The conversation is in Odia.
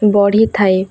ବଢ଼ିଥାଏ